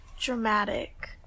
Dramatic